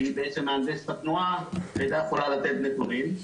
שהיא מהנדסת התנועה והייתה יכולה לתת נתונים.